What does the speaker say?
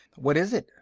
what is it?